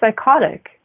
psychotic